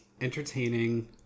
entertaining